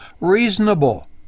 Reasonable